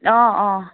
অঁ অঁ